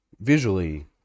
visually